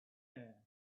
air